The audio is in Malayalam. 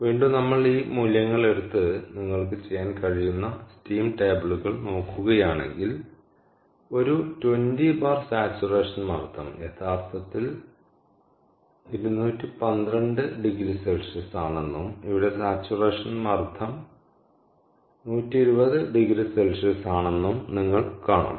അതിനാൽ വീണ്ടും നമ്മൾ ഈ മൂല്യങ്ങൾ എടുത്ത് നിങ്ങൾക്ക് ചെയ്യാൻ കഴിയുന്ന സ്റ്റീം ടേബിളുകൾ നോക്കുകയാണെങ്കിൽ ഒരു 20 ബാർ സാച്ചുറേഷൻ മർദ്ദം യഥാർത്ഥത്തിൽ 212oC ആണെന്നും ഇവിടെ സാച്ചുറേഷൻ മർദ്ദം 120oC ആണെന്നും നിങ്ങൾ കാണും